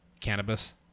cannabis